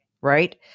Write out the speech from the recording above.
right